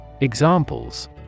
Examples